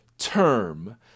term